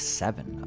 seven